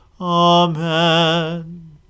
Amen